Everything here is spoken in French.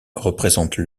représente